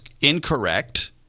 incorrect